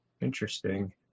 Interesting